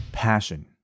passion